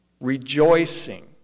rejoicing